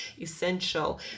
essential